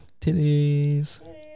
Titties